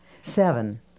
seven